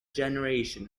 generation